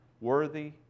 worthy